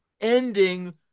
ending